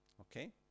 Okay